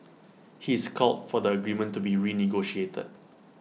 he is called for the agreement to be renegotiated